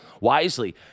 wisely